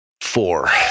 Four